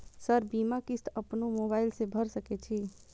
Sir बीमा किस्त अपनो मोबाईल से भर सके छी?